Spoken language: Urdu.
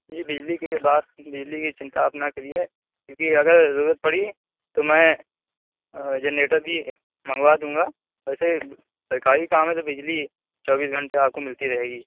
جی بجلی کی بات بجلی کی چنتا آپ نہ کریے کیوں کہ اگر ضرورت پڑی تو میں جنریٹر بھی منگوا دوں گا ویسے سرکاری کام ہے تو بجلی چوبیس گھنٹے آپ کو ملتی رہے گی